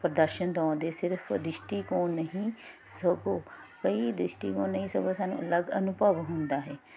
ਪ੍ਰਦਰਸ਼ਨ ਤਾਂ ਆਉਂਦੇ ਸਿਰਫ ਦਿਸ਼ਟੀਕੋਣ ਨਹੀਂ ਸਗੋਂ ਕਈ ਦ੍ਰਿਸ਼ਟੀ ਕੋਣ ਨਹੀਂ ਸਗੋਂ ਸਾਨੂੰ ਅਲੱਗ ਅਨੁਭਵ ਹੁੰਦਾ ਹੈ